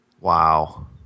Wow